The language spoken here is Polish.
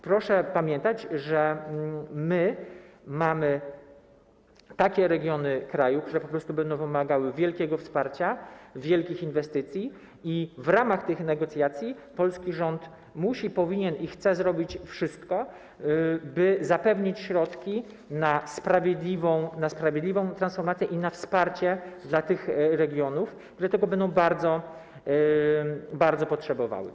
Proszę pamiętać, że my mamy takie regiony kraju, które po prosu będą wymagały wielkiego wsparcia, wielkich inwestycji, i w ramach tych negocjacji polski rząd musi, powinien i chce zrobić wszystko, by zapewnić środki na sprawiedliwą transformację i na wsparcie dla tych regionów, które tego będą bardzo potrzebowały.